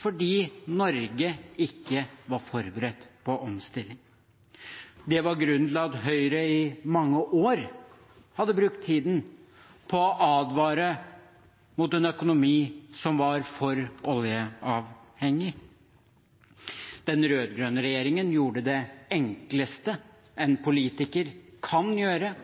fordi Norge ikke var forberedt på omstilling. Det var grunnen til at Høyre i mange år hadde brukt tiden på å advare mot en økonomi som var for oljeavhengig. Den rød-grønne regjeringen gjorde det enkleste en politiker kan gjøre: